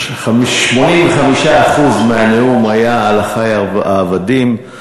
85% מהנאום היו על "אחי העבדים".